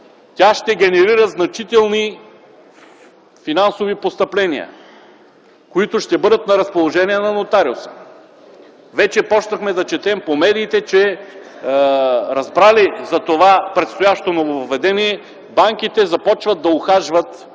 тя ще генерира значителни финансови постъпления, които ще бъдат на разположение на нотариуса. Вече започнахме да четем по медиите, че, разбрали за това предстоящо нововъведение, банките започват да ухажват всички